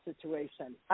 situation